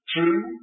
True